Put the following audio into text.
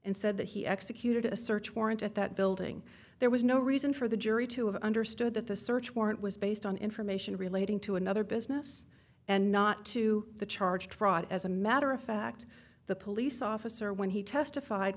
and said that he executed a search warrant at that building there was no reason for the jury to have understood that the search warrant was based on information relating to another business and not to the charge fraud as a matter of fact the police officer when he testified